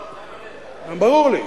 לא, ברור לי.